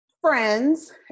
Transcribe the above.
friends